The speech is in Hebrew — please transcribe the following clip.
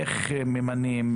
איך ממנים?